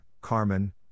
Carmen